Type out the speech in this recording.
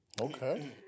Okay